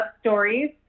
stories